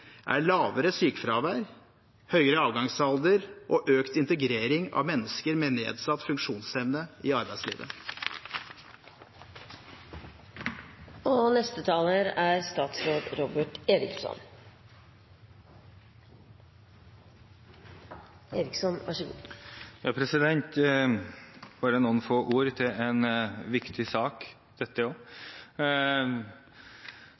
er lavere sykefravær, høyere avgangsalder og økt integrering av mennesker med nedsatt funksjonsevne i arbeidslivet. Jeg har bare noen få ord til enda en viktig sak.